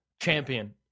champion